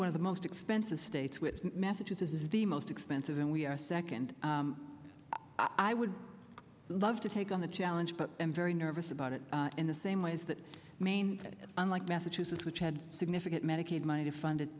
one of the most expensive states which massachusetts is the most expensive and we are second i would love to take on the challenge but i'm very nervous about it in the same ways that maine unlike massachusetts which had significant medicaid money to fund it